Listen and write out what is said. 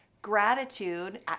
gratitude